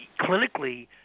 clinically